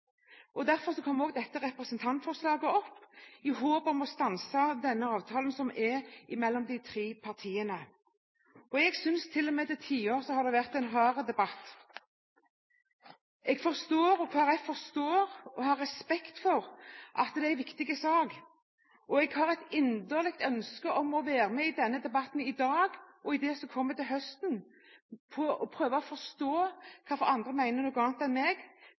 Derfor kom også dette representantforslaget opp i et håp om stanse denne avtalen mellom de tre partiene. Jeg synes til og med at det til tider har vært en hard debatt. Jeg og Kristelig Folkeparti forstår og har respekt for at det er en viktig sak, og jeg har et inderlig ønske om å være med i både denne debatten i dag og den som kommer til høsten og prøve å forstå hvorfor andre mener noe annet enn meg.